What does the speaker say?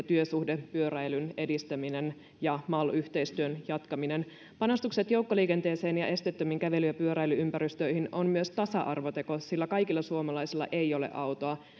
työsuhdepyöräilyn edistäminen ja mal yhteistyön jatkaminen panostukset joukkoliikenteeseen ja esteettömiin kävely ja pyöräily ympäristöihin ovat myös tasa arvoteko sillä kaikilla suomalaisilla ei ole autoa